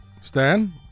Stan